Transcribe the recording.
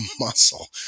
muscle